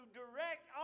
direct